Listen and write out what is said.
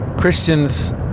Christians